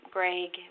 Greg